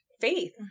faith